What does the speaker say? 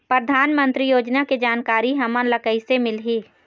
परधानमंतरी योजना के जानकारी हमन ल कइसे मिलही?